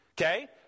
Okay